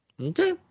okay